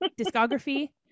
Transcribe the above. discography